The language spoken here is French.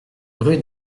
rue